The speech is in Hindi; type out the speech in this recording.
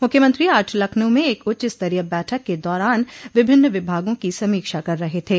मुख्यमंत्री आज लखनऊ में एक उच्चस्तरीय बैठक के दौरान विभिन्न विभागों की समीक्षा कर रहे थे